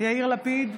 יאיר לפיד,